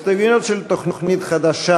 הסתייגויות של תוכנית חדשה